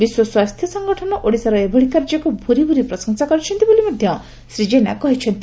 ବିଶ୍ୱ ସ୍ୱାସ୍ସ୍ୟ ସଂଗଠନ ଓଡ଼ିଶାର ଏଭଳି କାର୍ଯ୍ୟକୁ ଭୁରି ଭୁରି ପ୍ରଶଂସା କରିଛନ୍ତି ବୋଲି ମନ୍ତୀ ଶ୍ରୀ ଜେନା ପ୍ରକାଶ କରିଛନ୍ତି